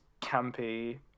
campy